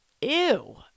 Ew